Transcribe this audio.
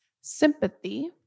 Sympathy